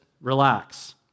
relax